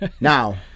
Now